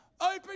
Open